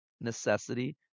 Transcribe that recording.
necessity